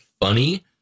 funny